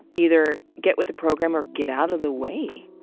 either get with the program or get out of the way.